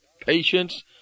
patience